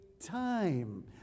time